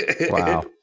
Wow